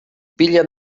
pilean